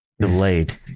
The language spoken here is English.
delayed